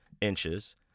inches